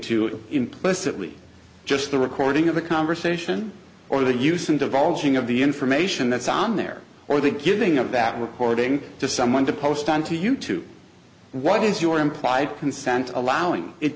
to implicitly just the recording of a conversation or the use and divulging of the information that's on there or the giving of that recording to someone to post on to you to what is your implied consent allowing